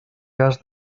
cas